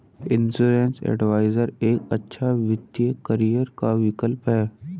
insurance adviser एक अच्छा वित्तीय करियर का विकल्प है